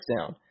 down